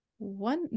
one